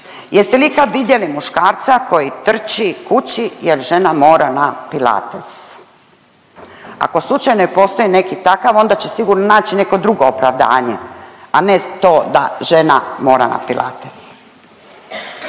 Jeste li ikad vidjeli muškarca koji trči kući jer žena mora na pilates? Ako slučajno i postoji neki takav onda će sigurno naći neko drugo opravdanje, a ne to da žena mora na pilates.